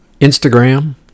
Instagram